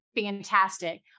fantastic